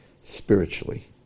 spiritually